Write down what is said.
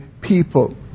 people